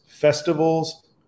Festivals